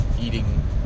eating